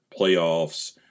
playoffs